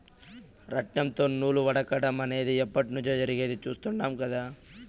రాట్నంతో నూలు వడకటం అనేది ఎప్పట్నుంచో జరిగేది చుస్తాండం కదా